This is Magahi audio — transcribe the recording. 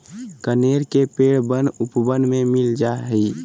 कनेर के पेड़ वन उपवन में मिल जा हई